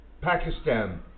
Pakistan